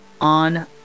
on